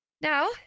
Now